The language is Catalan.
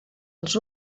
els